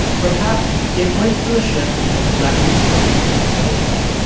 perhaps it points to a shift in the collective consciousness of israel.